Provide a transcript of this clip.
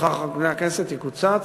ששכר חברי הכנסת יקוצץ